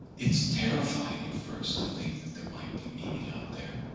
it's terrifying at first to think that there might be meaning out there.